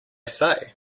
say